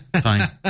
fine